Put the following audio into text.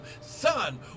Son